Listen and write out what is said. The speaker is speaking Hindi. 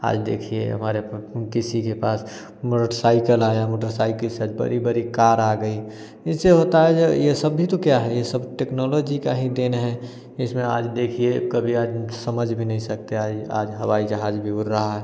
आज देखिए हमारे किसी के पास मोटरसाईकल मोटरसाइकिल से आज बड़ी बड़ी कार आ गई इनसे होता है जो यह सब भी तो क्या है यह सब टेक्नोलॉजी की ही देन है इसमें आज देखिए कभी आदमी समझ भी नहीं सकते आज आज हवाई जहाज़ भी उड़ रहा है